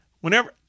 Whenever